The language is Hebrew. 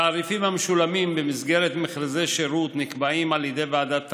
התעריפים המשולמים במסגרת מכרזי שירות נקבעים על ידי ועדת תעריפים,